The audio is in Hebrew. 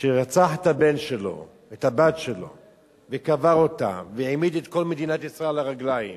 שרצח את הבת שלו וקבר אותה והעמיד את כל מדינת ישראל על הרגליים